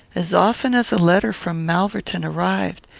as often as a letter from malverton arrived,